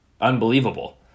unbelievable